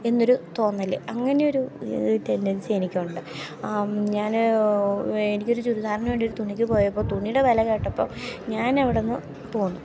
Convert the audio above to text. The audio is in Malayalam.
എന്നൊരു തോന്നൽ അങ്ങനെയൊരു ടെൻഡൻസി എനിക്കുണ്ട് ഞാൻ എനിക്കൊരു ചുരിദാറിനുവേണ്ടി ഒരു തുണിക്ക് പോയപ്പോൾ തുണിയുടെ വില കേട്ടപ്പോൾ ഞാനവിടെ നിന്ന് പോന്നു